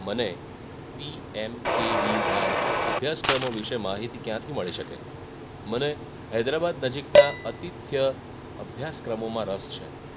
મને P M K V Y અભ્યાસક્રમો વિશે માહિતી ક્યાંથી મળી શકે મને હૈદરાબાદ નજીકના અતિથ્ય અભ્યાસક્રમોમાં રસ છે